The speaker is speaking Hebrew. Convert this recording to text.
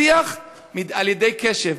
שיח, על ידי קשב.